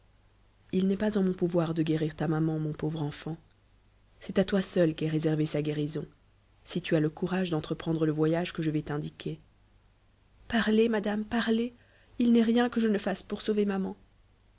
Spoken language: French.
il n'est pas en mon pouvoir de guérir ta maman mon pauvre enfant c'est à toi seul qu'est réservée sa guérison si tu as le courage d'entreprendre le voyage que je vais t'indiquer parlez madame parlez il n'est rien que je ne fasse pour sauver maman